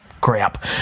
crap